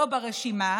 לא ברשימה,